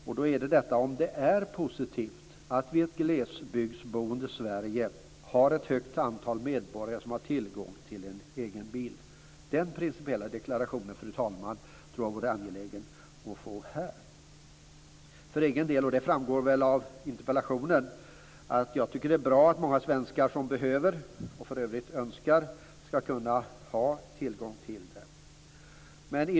Jag undrar om han anser att det är positivt att vi i ett glesbygdsboende Sverige har ett stort antal medborgare som har tillgång till egen bil. Den principiella deklarationen, fru talman, tror jag att det vore angeläget att få här. För egen del, och det framgår väl av interpellationen, tycker jag att det är bra att många svenskar som behöver, och för övrigt önskar, skall kunna ha tillgång till bil.